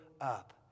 up